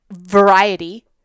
variety